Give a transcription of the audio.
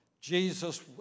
Jesus